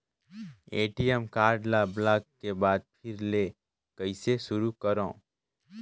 ATM card ल block के बाद फिर ले कइसे शुरू करव?